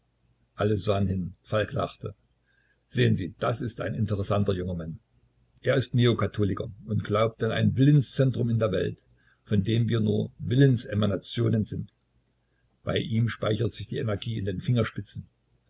alle sahen hin falk lachte sehen sie das ist ein interessanter junger mann er ist neokatholiker und glaubt an ein willenszentrum in der welt von dem wir nur willensemanationen sind bei ihm speichert sich die energie in den fingerspitzen